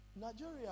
Nigeria